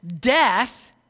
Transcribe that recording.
death